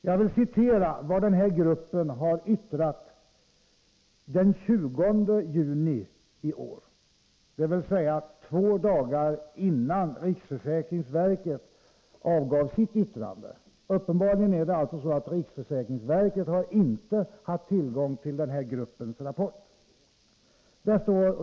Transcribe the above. Jag vill citera vad den här gruppen har yttrat den 20 juni i år, dvs. två dagar innan riksförsäkringsverket avgav sitt yttrande. Uppenbarligen har riksförsäkringsverket inte haft tillgång till gruppens rapport.